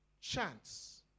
chance